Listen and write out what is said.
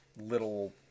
little